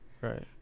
right